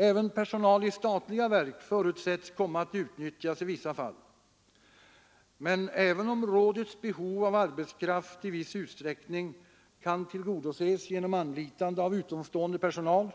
Även personal i statliga verk förutsätts komma att utnyttjas i vissa fall. Men även om rådets behov av arbetskraft i viss utsträckning kan tillgodoses genom anlitande av utomstående personal